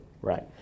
Right